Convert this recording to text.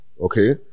okay